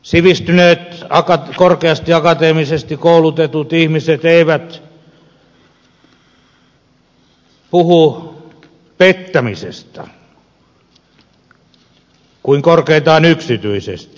sivistyneet korkeasti akateemisesti koulutetut ihmiset eivät puhu pettämisestä kuin korkeintaan yksityisesti